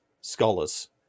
scholars